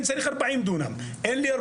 אני צריך 40 דונם שאין לי.